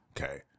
okay